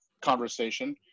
conversation